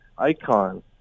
icon